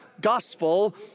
gospel